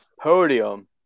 podium